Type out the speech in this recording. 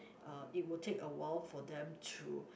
uh it will take awhile for them to